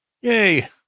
Yay